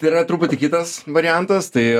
tai yra truputį kitas variantas tai